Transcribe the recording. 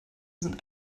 sind